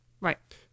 right